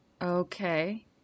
Okay